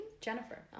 Jennifer